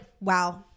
wow